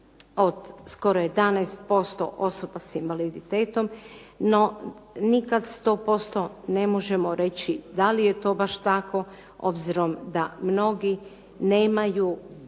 od skoro 11% osoba s invaliditetom, no nikad 100% ne možemo reći da li je to baš tako, obzirom da mnogi nemaju